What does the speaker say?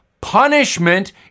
Punishment